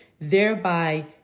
thereby